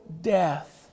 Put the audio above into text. death